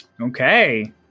Okay